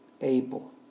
able